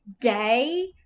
day